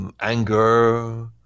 anger